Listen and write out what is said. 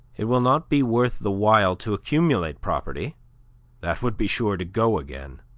it will not be worth the while to accumulate property that would be sure to go again.